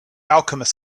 alchemist